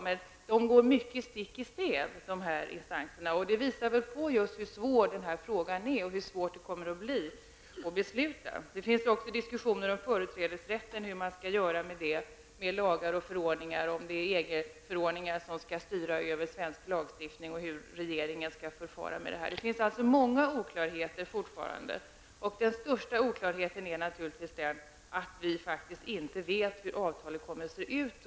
Men dessa instanser går stick i stäv. Det visar på hur svår frågan är att hantera och hur svårt det kommer att bli att fatta beslut. Det förs också diskussioner om företrädesrätten -- hur man skall göra med lagar och förordningar, huruvida EG-förordningar skall styra över svensk lagstiftning och hur regeringen skall förfara i dessa sammanhang. Det finns alltså fortfarande många oklarheter, och den största är naturligtvis att vi faktiskt inte vet hur avtalet kommer att se ut.